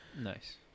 Nice